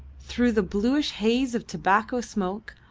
through the bluish haze of tobacco smoke,